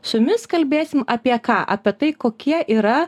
su jumis kalbėsim apie ką apie tai kokie yra